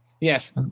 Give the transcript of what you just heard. Yes